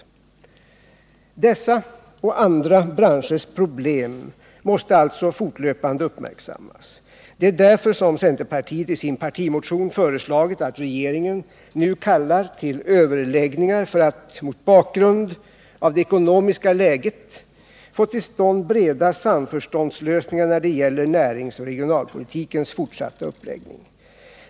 Dessa och andra branschers problem måste alltså fortlöpande uppmärksammas. Det är därför centerpartiet i sin partimotion föreslagit att regeringen nu kallar till överläggningar för att mot bakgrund av det ekonomiska läget få till stånd breda samförståndslösningar när det gäller näringsoch regionalpolitikens fortsatta uppläggning.